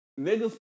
niggas